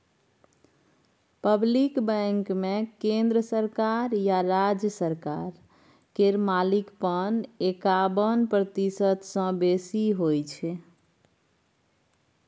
public बैंकमे केंद्र सरकार या राज्य सरकार केर मालिकपन एकाबन प्रतिशत सँ बेसी होइ छै